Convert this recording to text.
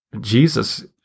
Jesus